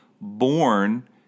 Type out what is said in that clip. born